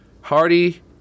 Hardy